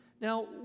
Now